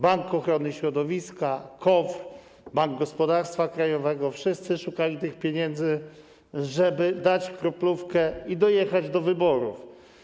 Bank Ochrony Środowiska, KOWR, Bank Gospodarstwa Krajowego, wszyscy szukali tych pieniędzy, żeby dać kroplówkę i dojechać do wyborów.